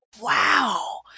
wow